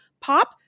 POP